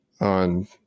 on